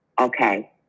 okay